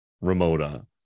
Ramona